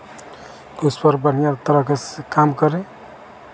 कि उस पर बढ़ियाँ तरीके से काम करें